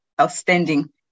outstanding